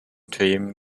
themen